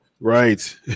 right